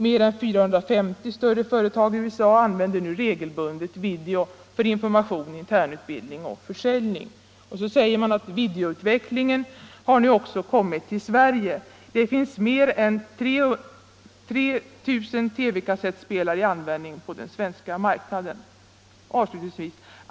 Mer än 450 större företag i USA använder nu regelbundet video för information, internutbildning och försäljning. Videoutvecklingen har nu också kommit till Sverige. Det finns mer än 3 000 TV-kassettspelare i användning på den svenska marknaden.